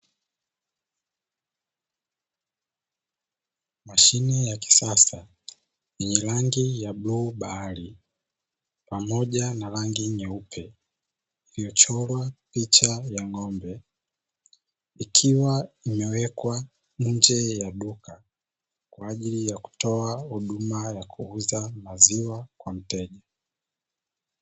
Mashine ya kisasa yenye rangi ya bluu bahari pamoja na rangi nyeupe iliyochorwa picha ya ng'ombe, ikiwa imewekwa nje ya duka kwa ajili ya kutoa huduma ya kuuza maziwa kwa mteja.